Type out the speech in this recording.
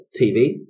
TV